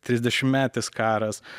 trisdešimtmetis karas